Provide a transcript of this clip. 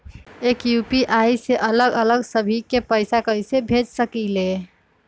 एक यू.पी.आई से अलग अलग सभी के पैसा कईसे भेज सकीले?